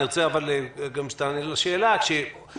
אני רוצה גם שתענה לי על שאלה: עולה